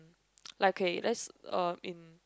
like K let's uh in